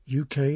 UK